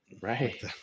right